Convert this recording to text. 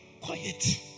quiet